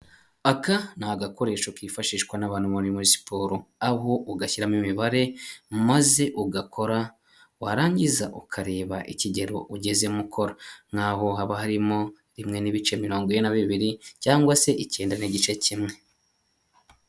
Aka ni agakoresho kifashishwa na abantu muri siporo, aho ugashyiramo imibare maze ugakora warangiza ukareba ikigero ugezemo ukora nk'aho haba harimo rimwe n'ibice mirongo ine na bibiri, cyangwa se icyenda n'igice kimwe.